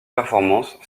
performances